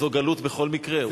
זו גלות בכל מקרה.